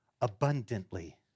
Abundantly